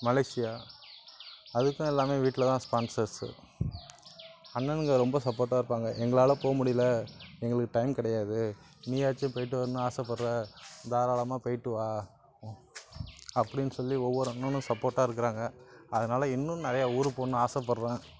Malaysia அதுக்கும் எல்லாமே வீட்டிலதான் ஸ்பான்சர்ஸ் அண்ணனுங்க ரொம்ப சப்போட்டாக இருப்பாங்க எங்களால் போக முடியல எங்களுக்கு டைம் கிடையாது நீயாச்சும் போய்ட்டு வரணுனு ஆசைப்பட்ற தாராளமாக போய்ட்டு வா அப்படின் சொல்லி ஒவ்வொரு அண்ணனும் சப்போட்டாக இருக்கிறாங்க அதனால இன்னும் நிறையா ஊர் போகணுன் ஆசைப்பட்றன்